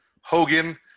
Hogan –